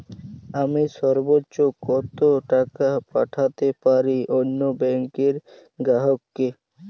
আমি সর্বোচ্চ কতো টাকা পাঠাতে পারি অন্য ব্যাংকের গ্রাহক কে?